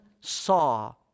saw